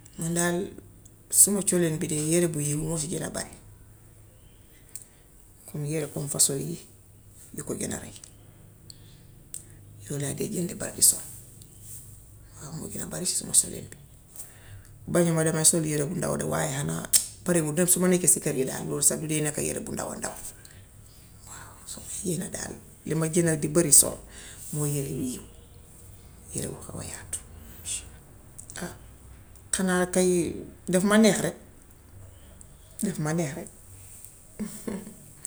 Man daal suma culin bi de yëre bi bu hii moo ci gen a bari comme yëre comme façon yii di ko gën a rëy yu daa de génne papis. Waaw mujju na bari si sama culin bi. Bañuma daa sori yëre bu ndaw de waaye bariwul de xanaa su ma nekkee si kër gi. Loolu sax duy nekka yere bu ndaw a ndaw. Waaw hiw na daal. Li ma gen a di bari sol mooy yëre yu hiw, yëre bu xaw a yaatu xanaa kay daf ma neex rekk daf ma neex rekk.